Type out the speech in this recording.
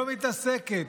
לא מתעסקת,